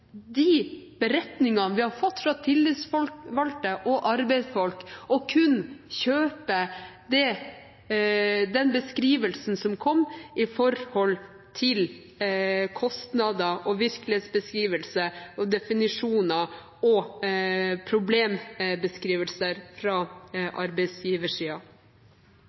de beretningene vi har fått fra tillitsvalgte og arbeidsfolk, og kun kjøpe den beskrivelsen av kostnader, virkelighet, definisjoner og problemer som kom